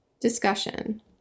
Discussion